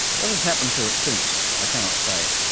what has happened to it since i cannot say,